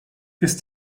ist